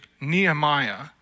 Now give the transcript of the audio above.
Nehemiah